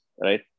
right